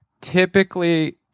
Typically